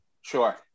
Sure